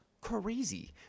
crazy